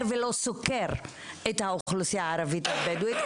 ולא סוקר את האוכלוסייה הערבית והבדואית,